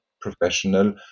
professional